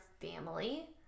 family